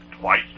twice